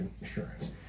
insurance